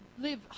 live